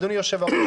אדוני יושב הראש,